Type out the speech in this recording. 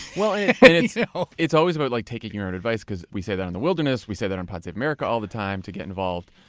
well yeah and and so it's always about like taking your own advice, because we say that in and the wilderness, we say that on pod save america all the time, to get involved.